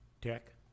Tech